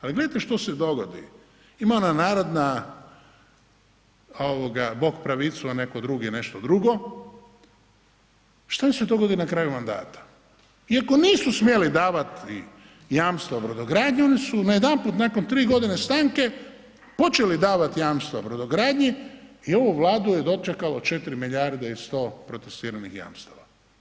Ali gledajte što se dogodi, ima ona narodna ovoga Bog pravicu, a netko drugi nešto drugo, šta im se dogodi na kraju mandata, iako nisu smjeli davati jamstva brodogradnji najedanput nakon tri godine stanke počeli davati jamstva brodogradnji i ovu Vladu je dočekalo 4 milijarde i 100 protestiranih jamstava.